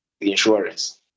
insurance